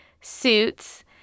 suits